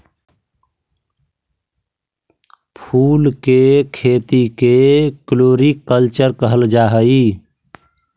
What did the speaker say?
फूल के खेती के फ्लोरीकल्चर कहल जा हई